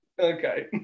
Okay